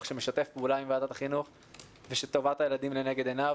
שמשתף פעולה עם ועדת החינוך ושטובת הילדים לנגד עיניו.